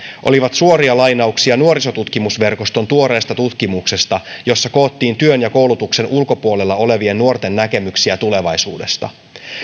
olivat suoria lainauksia nuorisotutkimusverkoston tuoreesta tutkimuksesta jossa koottiin työn ja koulutuksen ulkopuolella olevien nuorten näkemyksiä tulevaisuudesta